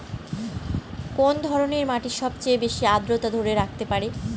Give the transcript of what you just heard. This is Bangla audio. কোন ধরনের মাটি সবচেয়ে বেশি আর্দ্রতা ধরে রাখতে পারে?